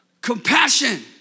Compassion